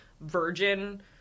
virgin